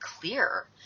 clear